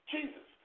Jesus